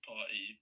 Party